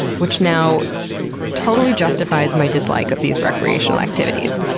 which now totally justifies my dislike of these recreational activities.